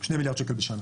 ה-2 מיליארד שקל בשנה.